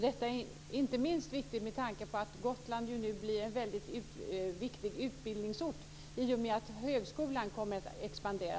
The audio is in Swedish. Det är inte minst viktigt med tanke på att Gotland ju nu blir en väldigt viktig utbildningsort i och med att högskolan där kommer att expandera.